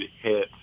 hit